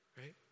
right